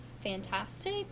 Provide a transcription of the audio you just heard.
fantastic